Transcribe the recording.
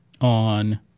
on